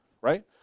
right